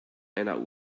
einer